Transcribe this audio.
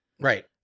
Right